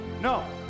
No